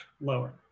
lower